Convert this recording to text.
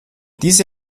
diese